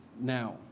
now